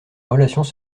relations